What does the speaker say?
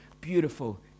beautiful